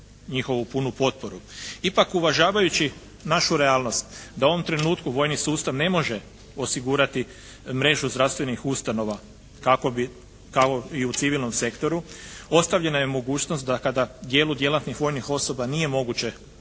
Ipak uvažavajući našu realnost da u ovom trenutku vojni sustav ne može osigurati mrežu zdravstvenih ustanova kako bi kao i u civilnom sektoru ostavljena je mogućnost da kada djelu djelatnih vojnih osoba nije moguće ostvariti